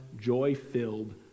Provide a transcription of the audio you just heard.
joy-filled